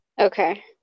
Okay